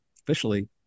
officially